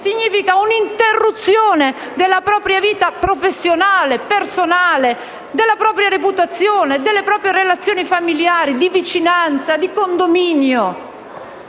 significa interruzione della propria vita professionale e personale, della propria reputazione, delle proprie relazioni familiari, di vicinanza e di condominio.